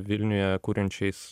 vilniuje kuriančiais